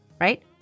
right